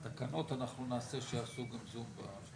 משטרת אריאל במוצאי שבת ניגשו אלי שני ילדים בני 14